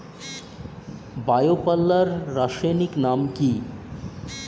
Bio পাল্লার রাসায়নিক নাম কি?